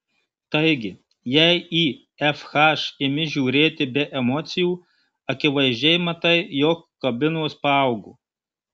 taigi jei į fh imi žiūrėti be emocijų akivaizdžiai matai jog kabinos paaugo